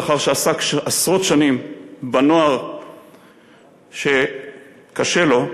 לאחר שעסק עשרות שנים בנוער שקשה לו,